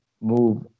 move